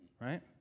right